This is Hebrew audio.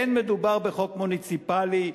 אין מדובר בחוק מוניציפלי,